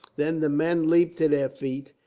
then the men leaped to their feet,